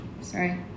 Sorry